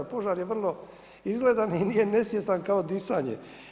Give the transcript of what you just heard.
Požar je vrlo izgledan i nije nesvjestan kao disanje.